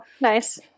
nice